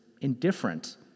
indifferent